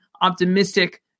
optimistic